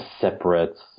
separates